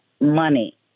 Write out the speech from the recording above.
money